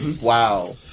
Wow